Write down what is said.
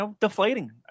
deflating